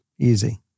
Easy